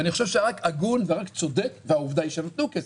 ואני חושב שרק הגון ורק צודק והעובדה היא שהם נתנו כסף,